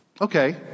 Okay